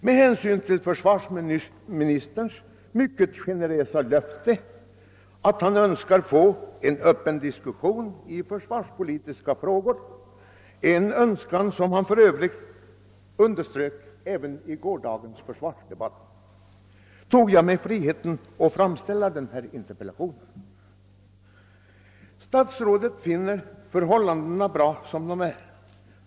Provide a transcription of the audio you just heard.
Med hänsyn till försvarsministerns mycket generösa uttalande att han önskar få en öppen diskussion om försvarspolitis ka frågor — en önskan som han för övrigt underströk även i gårdagens försvarsdebatt — tog jag mig friheten att Statsrådet finner att förhållandena är bra som de är.